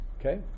okay